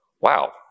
Wow